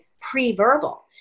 pre-verbal